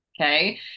Okay